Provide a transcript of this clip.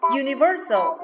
universal